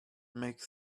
make